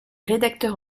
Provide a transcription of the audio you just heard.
rédacteurs